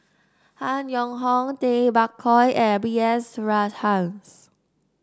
Han Yong Hong Tay Bak Koi and B S Rajhans